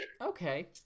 okay